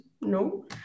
no